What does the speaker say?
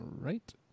right